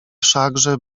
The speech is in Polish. wszakże